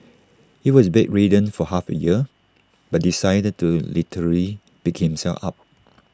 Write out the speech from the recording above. he was bedridden for half A year but decided to literally pick himself up